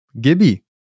gibby